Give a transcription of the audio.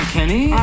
Kenny